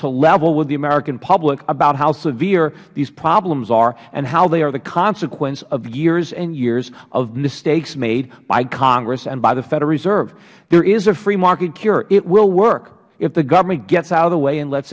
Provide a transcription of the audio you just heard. to level with the american public about how severe these problems are and how they are the consequence of years and years of mistakes made by congress and by the federal reserve there is a free market cure it will work if the government gets out of the way and let